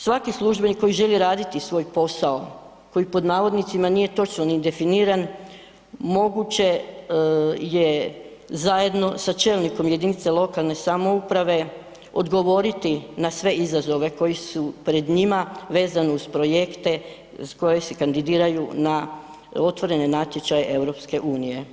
Svaki službenik koji želi raditi svoj posao, koji pod navodnicima nije točno ni definiran, moguće je zajedno sa čelnikom jedinice lokalne samouprave odgovoriti na sve izazove koji su pred njima vezano uz projekte koji se kandidiraju na otvorene natječaje EU.